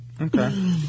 Okay